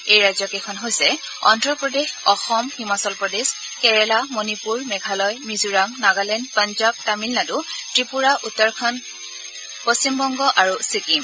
এই ৰাজ্যকেইখন হৈছে অদ্ৰপ্ৰদেশ অসম হিমাচল প্ৰদেশ কেৰালা মণিপুৰ মেঘালয় মিজোৰাম নাগালেণ্ড পঞ্জাব তামিলনাডু ত্ৰিপুৰা উত্তৰখণ্ড পশ্চিমবংগ আৰু ছিকিম